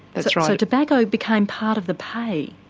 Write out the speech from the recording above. so so tobacco became part of the pay.